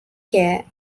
care